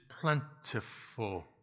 plentiful